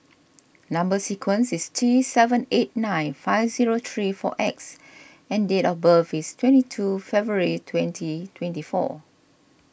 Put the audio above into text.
Number Sequence is T seven eight nine five zero three four X and date of birth is twenty two February twenty twenty four